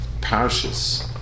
parishes